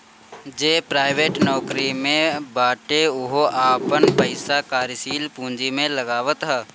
जे प्राइवेट नोकरी में बाटे उहो आपन पईसा कार्यशील पूंजी में लगावत हअ